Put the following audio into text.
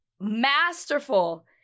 masterful